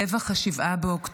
טבח 7 באוקטובר,